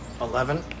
Eleven